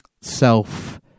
self